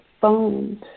phones